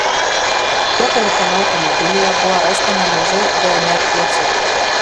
jo paliktame automobilyje buvo rasta nemažai dnr pėdsakų